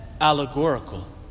allegorical